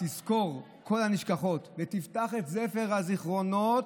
"ותזכור כל הנשכחות ותפתח את ספר הזיכרונות,